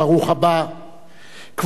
כבוד נשיא חוף-השנהב